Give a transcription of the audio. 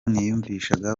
niyumvishaga